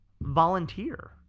volunteer